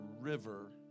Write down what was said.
river